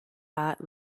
art